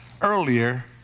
earlier